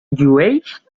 llueix